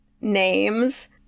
names